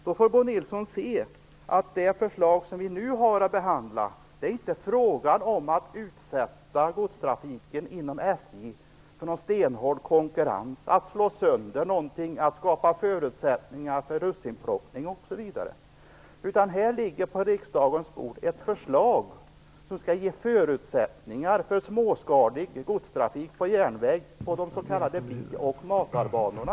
Då hade Bo Nilsson fått se att det förslag vi nu har att behandla inte går ut på att utsätta godstrafiken inom SJ för någon stenhård konkurrens, slå sönder någonting eller skapa förutsättningar för russinplockning osv. På riksdagens bord ligger ett förslag som skall ge förutsättningar för småskalig godstrafik på järnväg på de s.k. bi och matarbanorna.